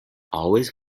always